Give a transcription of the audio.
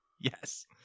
Yes